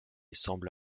semble